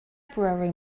february